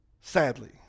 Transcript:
Sadly